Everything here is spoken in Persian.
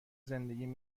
زندگیم